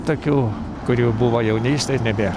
tokių kurių buvo jaunystėj nebėra